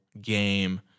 game